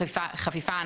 החפיפה,